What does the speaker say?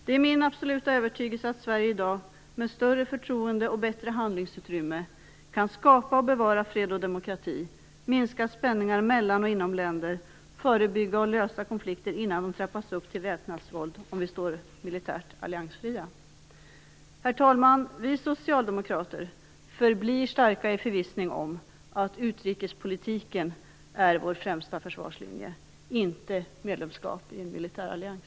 Det är min absoluta övertygelse att Sverige, om vi står militärt alliansfria, med större förtroende och bättre handlingsutrymme kan skapa och bevara fred och demokrati, minska spänningar mellan och inom länder, förebygga och lösa konflikter innan de trappas upp till väpnat våld. Herr talman! Vi socialdemokrater förblir starka i vår förvissning om att utrikespolitiken är vår främsta försvarslinje, inte medlemskap i en militärallians.